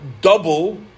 double